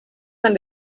been